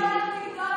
להתגאות,